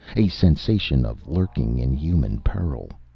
a sensation of lurking, inhuman peril.